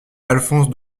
alphonse